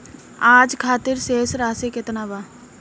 आज खातिर शेष राशि केतना बा?